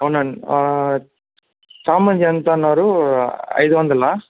అవునాండి చామంతి ఎంతన్నారు ఐదు వందలా